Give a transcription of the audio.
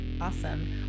Awesome